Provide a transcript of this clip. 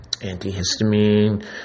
antihistamine